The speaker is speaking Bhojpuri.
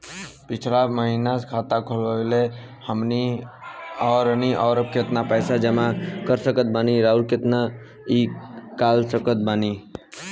पिछला महीना खाता खोलवैले रहनी ह और अब केतना पैसा जमा कर सकत बानी आउर केतना इ कॉलसकत बानी?